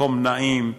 מקום נעים,